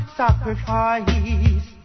sacrifice